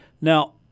Now